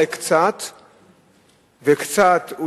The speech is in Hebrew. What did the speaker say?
ואולי קצת,